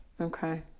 okay